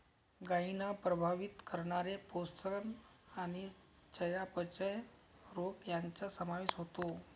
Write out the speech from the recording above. गायींना प्रभावित करणारे पोषण आणि चयापचय रोग यांचा समावेश होतो